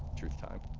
truth time.